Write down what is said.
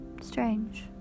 Strange